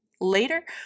Later